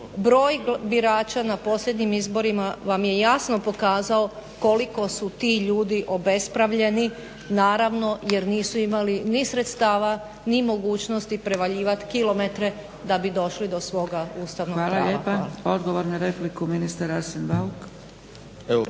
broj birača na posebnim izborima vam je jasno pokazao koliko su ti ljudi obespravljeni naravno jer nisu imali ni sredstava ni mogućnosti prevaljivat kilometre da bi došli do svoga Ustavnog prava. **Zgrebec, Dragica (SDP)** Hvala lijepa. Odgovor na repliku, ministar Arsen Bauk.